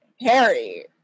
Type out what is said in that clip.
Harry